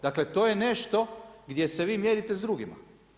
Dakle to je nešto gdje se vi mjerite s drugima.